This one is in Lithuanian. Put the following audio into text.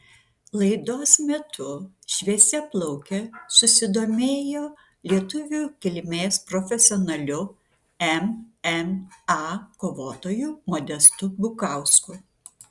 laidos metu šviesiaplaukė susidomėjo lietuvių kilmės profesionaliu mma kovotoju modestu bukausku